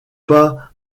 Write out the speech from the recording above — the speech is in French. pas